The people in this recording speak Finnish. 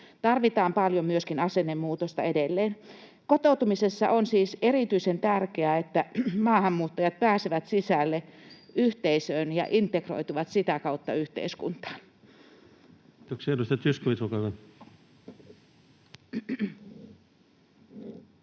Tarvitaan paljon myöskin asennemuutosta edelleen. Kotoutumisessa on siis erityisen tärkeää, että maahanmuuttajat pääsevät sisälle yhteisöön ja integroituvat sitä kautta yhteiskuntaan. [Speech 97] Speaker: Ensimmäinen